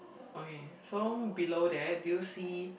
okay so below there do you see